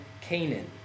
Canaan